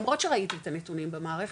למרות שראיתי את הנתונים במערכת,